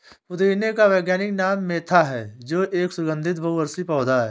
पुदीने का वैज्ञानिक नाम मेंथा है जो एक सुगन्धित बहुवर्षीय पौधा है